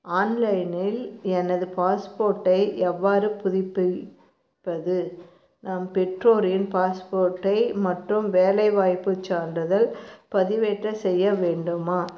ஆன்லைனில் எனது பாஸ்போர்ட்டை எவ்வாறு புதுப்பிப்பது நான் பெற்றோரின் பாஸ்போர்ட்டை மற்றும் வேலைவாய்ப்புச் சான்றிதழ் பதிவேற்றம் செய்ய வேண்டுமா